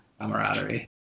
camaraderie